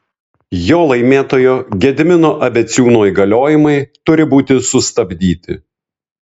jo laimėtojo gedimino abeciūno įgaliojimai turi būti sustabdyti